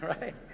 right